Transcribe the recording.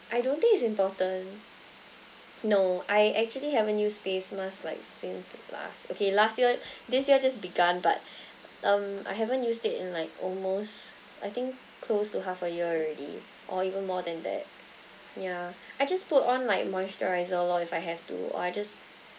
I don't think it's important no I actually haven't used face mask like since last okay last year this year just begun but um I haven't used it in like almost I think close to half a year already or even more than that ya I just put on my moisturiser loh if I have to or I just